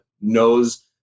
knows